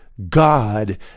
god